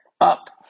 up